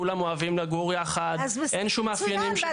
כולם אוהבים לגור יחד, אין שום מאפיינים.